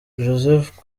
joseph